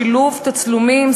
שילוב תצלומים,